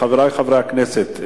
חברי חברי הכנסת,